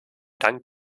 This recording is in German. dank